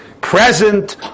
present